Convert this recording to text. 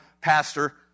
pastor